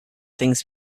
things